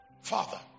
Father